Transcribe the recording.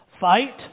Fight